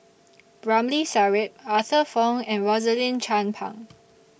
Ramli Sarip Arthur Fong and Rosaline Chan Pang